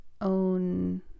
own